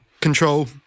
control